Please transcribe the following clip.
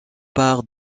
part